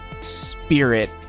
spirit